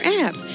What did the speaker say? app